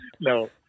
No